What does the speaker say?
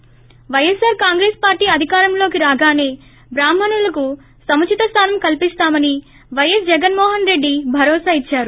ప్ర YSR Congress party అధికారంలోకి రాగానే బ్రాహ్మణులకు సుముచిత స్థానం కల్పిస్తామని పైఎస్ జగన్మోహన్ రెడ్డి భరోసా ఇచ్చారు